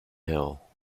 hill